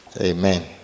Amen